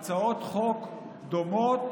הצעות חוק דומות,